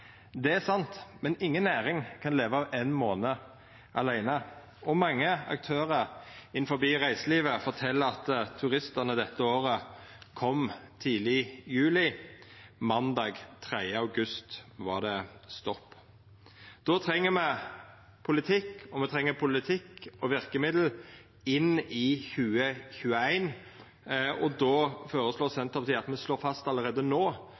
Det er sant, men inga næring kan leva av ein månad aleine, og mange aktørar innanfor reiselivet fortel at turistane dette året kom tidleg i juli. Måndag 3. august var det stopp. Då treng me politikk, og me treng ein politikk og verkemiddel inn i 2021, og då føreslår Senterpartiet at me slår fast allereie